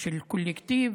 של קולקטיב